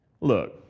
Look